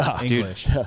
English